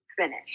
finish